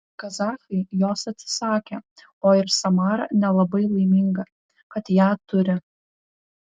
kazachai jos atsisakė o ir samara nelabai laiminga kad ją turi